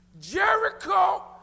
Jericho